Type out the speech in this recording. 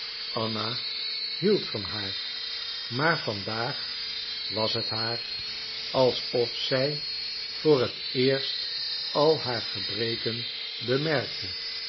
anna hield van haar maar vandaag was het haar alsof zij voor het eerst al haar gebreken bemerkte